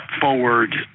forward